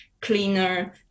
cleaner